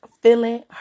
feeling